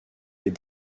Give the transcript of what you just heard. est